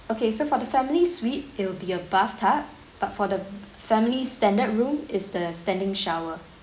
okay so for the family suite it will be a bathtub but for the family standard room is the standing shower